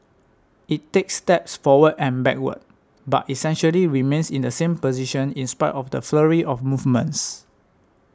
it takes steps forward and backward but essentially remains in the same position in spite of the flurry of movements